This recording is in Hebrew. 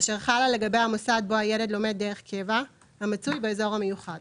אשר חלה לגבי המוסד בו הילד לומד דרך קבע המצוי באזור המיוחד.